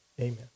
amen